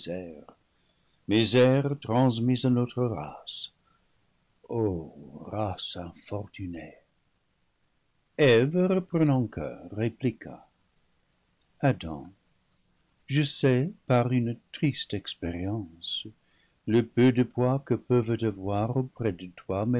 misère transmise à notre race ô race infortunée eve reprenant coeur répliqua adam je sais par une triste expérience le peu de poids que peuvent avoir auprès de toi